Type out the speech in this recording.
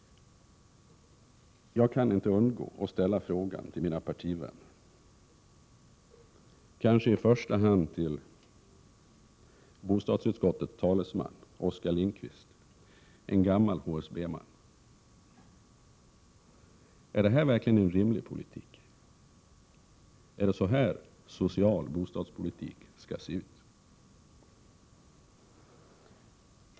Jag kan inte undgå att ställa frågan till mina partivänner, kanske i första hand till bostadsutskottets talesman Oskar Lindkvist, en gammal HSB-man: Är detta verkligen en rimlig politik? Är det så här social bostadspolitik skall se ut?